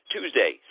Tuesday